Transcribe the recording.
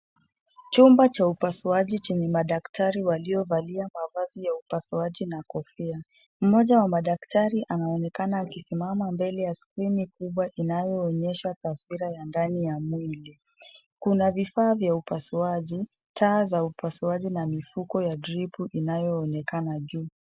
Chumba cha upasuaji chenye madaktari waliovalia mavazi ya upasuaji na kofia. Mmoja wa madaktari anaonekana akisimama mbele ya skrini kubwa inayoonyesha taswira ya ndani ya mwili. Kuna vifaa vya upasuaji, taa za upasuaji na mifuko ya dripu inayoonekana juu.